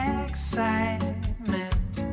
excitement